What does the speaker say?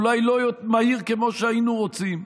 אולי לא מהיר כמו שהיינו רוצים,